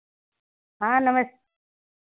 हाँ नमस्ते